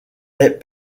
est